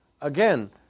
Again